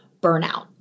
burnout